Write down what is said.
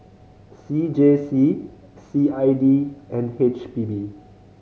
C J C C I D and H P B